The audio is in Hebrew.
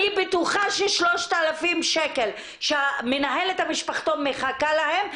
אני בטוחה ש-3,000 שקלים שמנהלת המשפחתון מחכה להם,